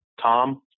Tom